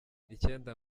icyenda